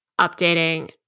updating